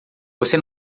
você